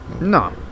No